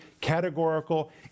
categorical